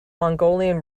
mongolian